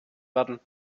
werden